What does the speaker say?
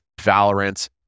Valorant